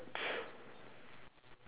do not put down the phone